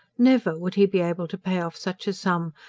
never would he be able to pay off such a sum,